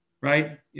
Right